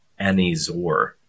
Anizor